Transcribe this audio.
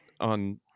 on